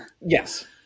Yes